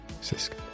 Cisco